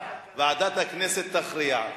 וועדת הכנסת תכריע.